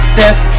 death